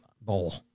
Bowl